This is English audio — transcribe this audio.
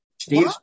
steve